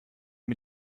mir